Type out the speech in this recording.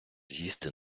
з’їсти